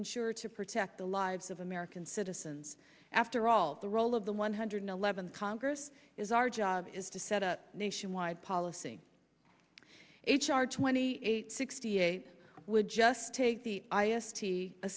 ensure to protect the lives of american citizens after all the role of the one hundred eleventh congress is our job is to set a nationwide policy h r twenty eight sixty eight would just take the i s t a